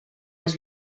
als